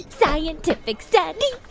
scientific study